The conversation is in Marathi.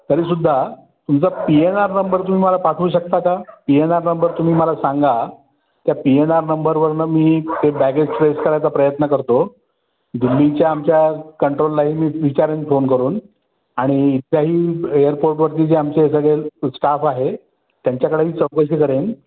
तरीसुद्धा तुमचा पी एन आर नंबर तुम्ही मला पाठवू शकता का पी एन आर नंबर तुम्ही मला सांगा त्या पी एन आर नंबरवरून मी ते बॅगेज ट्रेस करायचा प्रयत्न करतो दिल्लीच्या आमच्या कंट्रोललाही मी विचारेन फोन करून आणि इथल्याही एअरपोर्टवरती जे आमचे सगळे स्टाफ आहे त्यांच्याकडेही चौकशी करीन